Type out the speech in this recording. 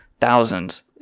thousands